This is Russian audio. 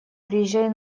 приезжай